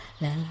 la